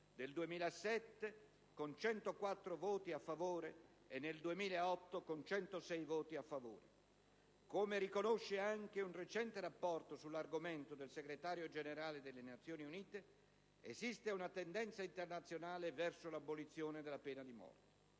del 2007, con 104 voti a favore, e, nel 2008, con 106 voti a favore. Come riconosce anche un recente rapporto sull'argomento del Segretario generale della Nazioni Unite, esiste una tendenza internazionale verso l'abolizione della pena capitale.